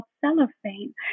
cellophane